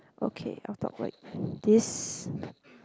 okay I'll talk like this